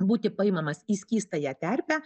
būti paimamas į skystąją terpę